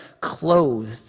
clothed